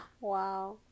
Wow